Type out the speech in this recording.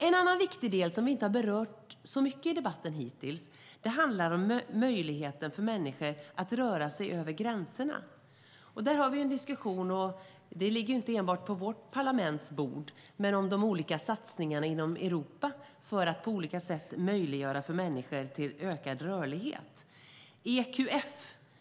En annan viktig del, som vi inte har berört så mycket i debatten hittills, handlar om möjligheten för människor att röra sig över gränserna. Det ligger inte enbart på vårt parlaments bord, men där har vi en diskussion om de olika satsningarna inom Europa för att på olika sätt möjliggöra ökad rörlighet för människor.